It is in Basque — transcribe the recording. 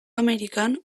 amerikan